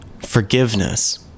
forgiveness